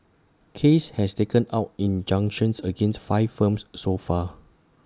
case has taken out injunctions against five firms so far